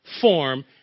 form